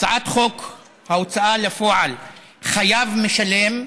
הצעת חוק ההוצאה לפועל (תיקון, חייב משלם)